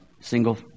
single